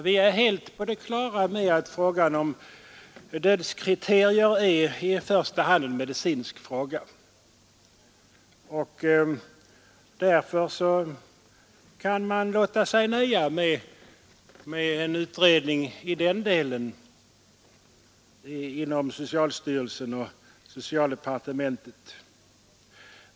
Vi är helt på det klara med att problemet om dödskriterier i första hand är en medicinsk fråga, och därför kan man i den delen låta sig nöja med en utredning inom socialstyrelsen och socialdepartementet.